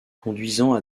conduisant